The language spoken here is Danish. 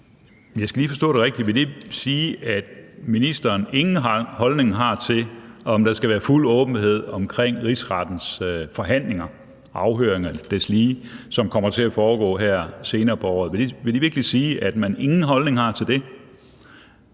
Jeg skal lige forstå det rigtigt. Vil det sige, at ministeren ingen holdning har til, om der skal være fuld åbenhed omkring Rigsrettens forhandlinger, afhøringer og deslige, som kommer til at foregå her senere på året? Vil det virkelig sige, at man ingen holdning har til det?